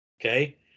Okay